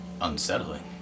unsettling